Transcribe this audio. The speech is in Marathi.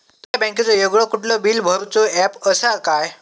तुमच्या बँकेचो वेगळो कुठलो बिला भरूचो ऍप असा काय?